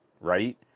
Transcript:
right